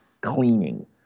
cleaning